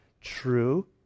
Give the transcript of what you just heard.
true